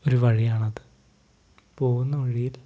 ഒരു വഴിയാണത് പോകുന്ന വഴിയില്